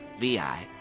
VI